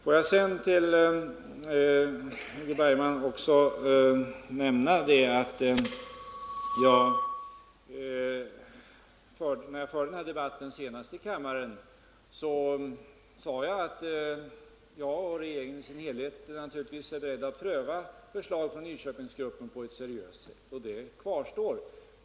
Får jag sedan nämna för Holger Bergman att jag, när vi förde den här debatten senast i kammaren, sade att jag och regeringen i dess helhet naturligtvis är beredda att pröva förslag från Nyköpingsgruppen på ett seriöst sätt. Det uttalandet kvarstår.